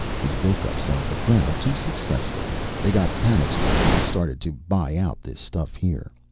we woke up some of the crowd too successfully. they got panic-stricken and started to buy out this stuff here.